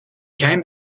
came